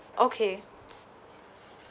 okay